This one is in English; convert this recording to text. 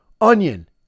onion